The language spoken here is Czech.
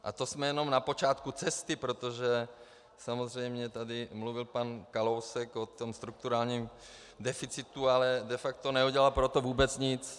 A to jsme jenom na počátku cesty, protože samozřejmě tady mluvil pan Kalousek o tom strukturálním deficitu, ale de facto neudělal pro to vůbec nic.